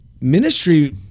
Ministry